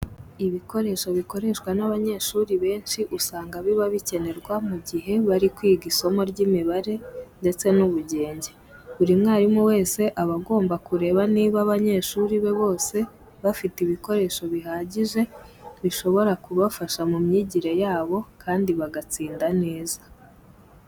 Ibikoresho bikoreshwa n'abanyeshuri benshi, usanga biba bikenerwa mu gihe bari kwiga isomo ry'imibare ndetse n'ubugenge. Buri mwarimu wese aba agomba kureba niba abanyeshuri be bose bafite ibikoresho bihagije bishobora kubafasha mu myigire yabo kandi bagatsinda neza.